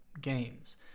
games